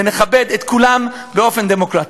ונכבד את כולם באופן דמוקרטי.